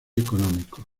económico